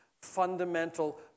fundamental